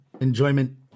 enjoyment